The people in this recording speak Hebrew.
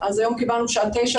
אז היום קיבלנו בשעה תשע.